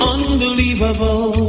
Unbelievable